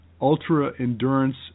ultra-endurance